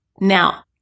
Now